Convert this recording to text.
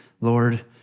Lord